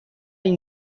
این